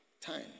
Time